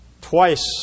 Twice